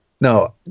no